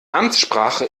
amtssprache